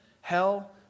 hell